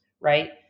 right